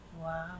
Wow